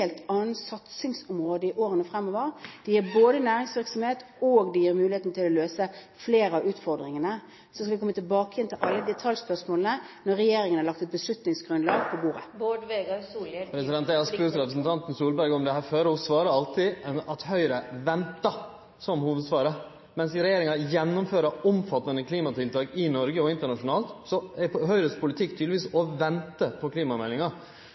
helt annet satsingsområde i årene fremover. Det gir både næringsvirksomhet og muligheten til å løse flere av utfordringene. Så skal vi komme tilbake til alle detaljspørsmålene når regjeringen har lagt et beslutningsgrunnlag på bordet. Eg har spurt representanten Solberg om dette før, og ho svarar alltid, som hovudsvar, at Høgre ventar. Medan regjeringa gjennomfører omfattande klimatiltak i Noreg og internasjonalt, er Høgre sin politikk tydelegvis å vente på klimameldinga.